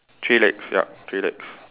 three legs yup three legs